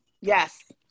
Yes